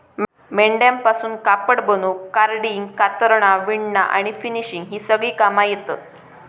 मेंढ्यांपासून कापड बनवूक कार्डिंग, कातरना, विणना आणि फिनिशिंग ही सगळी कामा येतत